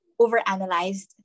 overanalyzed